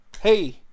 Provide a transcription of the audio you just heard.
hey